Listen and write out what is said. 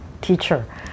teacher